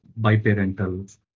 biparental